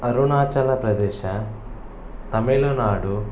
Arunachal Pradesh Tamil Nadu